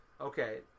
okay